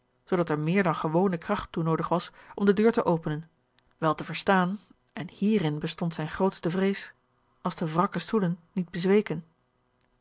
zoodat er meer dan gewone kracht toe noodig was om de deur te openen wel te verstaan en hierin bestond zijne grootste vrees als de wrakke stoelen niet bezweken